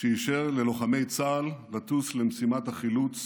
כשאישר ללוחמי צה"ל לטוס למשימת החילוץ